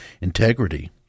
Integrity